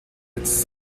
its